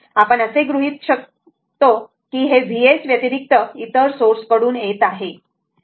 आपण असे गृहीत शकतो कि हे Vs व्यतिरिक्त इतर सोर्स कडून येत आहे